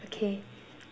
okay